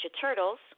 Turtles